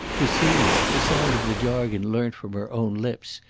to celia the sound of the jargon learnt from her own lips,